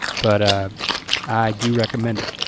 but ah i do recommend it.